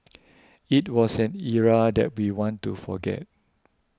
it was an era that we want to forget